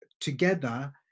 together